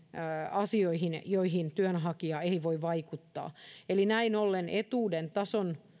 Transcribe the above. asioihin joihin työnhakija ei voi vaikuttaa eli näin ollen etuuden tason